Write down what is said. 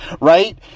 Right